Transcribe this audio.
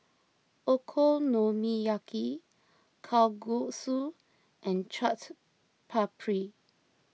Okonomiyaki Kalguksu and Chaat Papri